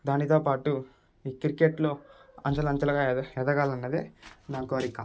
దానితో పాటు ఈ క్రికెట్లో అంచెలంచెలగా ఎద ఎదగాలన్నదే నా కోరిక